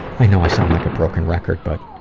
i know i sound like a broken record, but